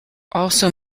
also